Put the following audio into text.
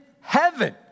heaven